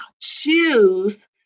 choose